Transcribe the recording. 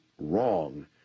wrong